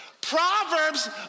Proverbs